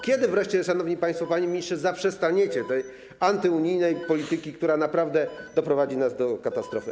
Kiedy wreszcie, szanowni państwo, panie ministrze, zaprzestaniecie tej antyunijnej polityki, która naprawdę doprowadzi nas do katastrofy?